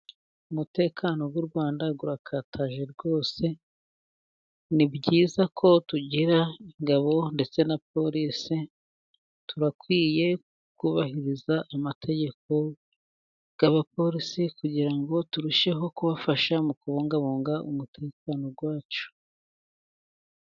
Umutekano w'u Rwanda urakataje rwose, ni byiza ko tugira ingabo ndetse na polisi, turakwiye kubahiriza amategeko y'abapolisi, kugira ngo turusheho kubafasha mu kubungabunga umutekano wacu.